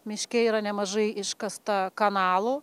miške yra nemažai iškasta kanalų